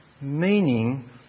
meaning